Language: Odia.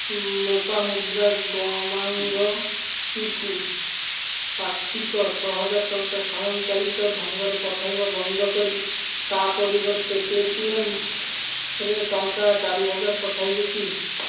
ଲୋପାମୁଦ୍ରା ଗମାଙ୍ଗଙ୍କୁ ପାକ୍ଷିକ ଛଅ ହଜାର ଟଙ୍କା ସ୍ୱୟଂ ଚାଳିତ ଢ଼ଙ୍ଗରେ ପଠାଇବା ବନ୍ଦ କରି ତା ପରିବର୍ତ୍ତେ ପେଟିଏମ୍ରେ ଟଙ୍କା ଚାରି ହଜାର ପଠାଇବେ କି